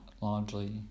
largely